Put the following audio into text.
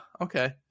Okay